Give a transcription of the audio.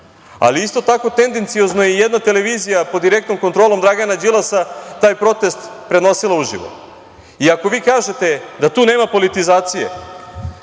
Isto tako tendenciozno je jedna televizija pod direktnom kontrolom Dragana Đilasa taj protest prenosila uživo. I ako vi kažete da tu nema politizacije,